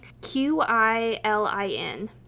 Q-I-L-I-N